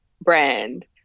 brand